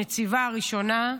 היא הנציבה הראשונה.